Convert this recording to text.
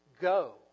go